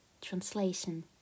translation